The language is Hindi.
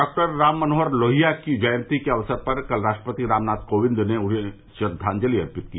डॉक्टर राम मनोहर लोहिया की जयंती के अवसर पर कल राष्ट्रपति रामनाथ कोविंद ने उन्हें श्रद्वाजलि अर्पित की